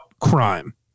crime